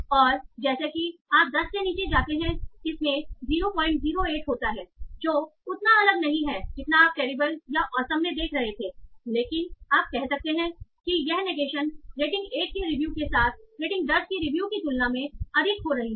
और जैसा कि आप 10 से नीचे जाते हैं इसमें 008 होता है जो उतना अलग नहीं है जितना आप टेरिबल या ऑसम में देख रहे थेलेकिन आप कह सकते हैं कि यह नेगेशन रेटिंग 1 के रिव्यु के साथ रेटिंग 10 की रिव्यु की तुलना में अधिक हो रही है